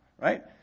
right